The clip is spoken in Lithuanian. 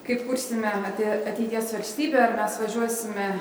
kaip kursime apie ateities valstybę ar mes važiuosime